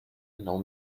genau